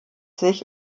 sich